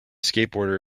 skateboarder